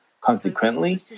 Consequently